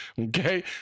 okay